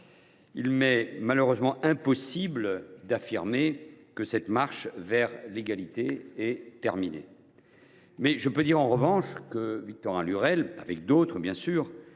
il m’est malheureusement impossible d’affirmer que cette marche vers l’égalité est terminée. Mais je peux dire en revanche que Victorin Lurel, avec d’autres bien sûr,